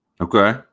okay